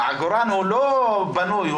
העגורן לא בנוי,